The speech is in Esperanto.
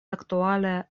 aktuale